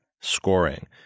scoring